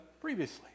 previously